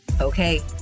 Okay